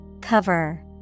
Cover